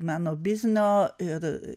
meno biznio ir